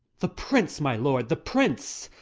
the prince, my lord, the prince!